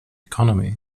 economy